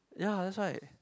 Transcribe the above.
ya that's why